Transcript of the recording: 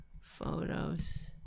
photos